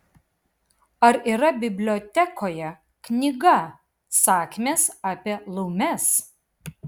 ar yra bibliotekoje knyga sakmės apie laumes